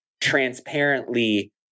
transparently